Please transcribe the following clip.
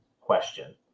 question